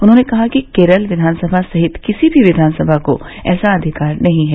उन्होंने कहा कि केरल विधानसभा सहित किसी भी विधानसभा को ऐसा अधिकार नहीं है